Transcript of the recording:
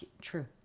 True